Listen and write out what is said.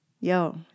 Yo